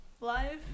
live